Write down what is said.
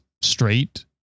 straight